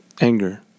anger